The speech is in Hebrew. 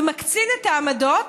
ומקצין את העמדות,